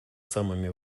самыми